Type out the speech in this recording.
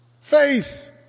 Faith